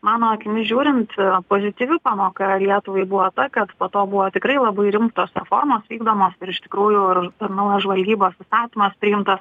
mano akimis žiūrint pozityvių pamoka lietuvai buvo ta kad po to buvo tikrai labai rimtos reformos vykdomos ir iš tikrųjų ir naujas žvalgybos įstatymas priimtas